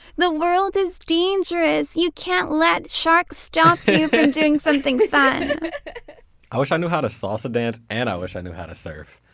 the world is dangerous! you can't let sharks stop you from doing something i wish i knew how to salsa dance and i wish i knew how to surf.